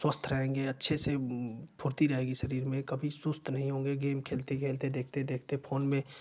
स्वस्थ रहेंगे अच्छे से फुर्ती रहेगी शरीर में कभी सुस्त नहीं होंगे गेम खेलते खेलते देखते देखते फोन में